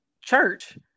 church